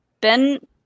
Ben